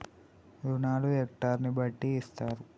రుణాలు హెక్టర్ ని బట్టి ఇస్తారా?